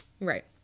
Right